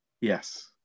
Yes